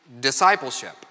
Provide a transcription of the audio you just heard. Discipleship